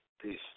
Peace